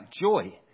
joy